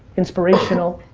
inspirational,